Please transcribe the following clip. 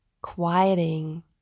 quieting